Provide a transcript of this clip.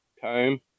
time